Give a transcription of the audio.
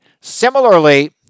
similarly